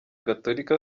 gatolika